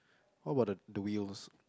how about the two wheels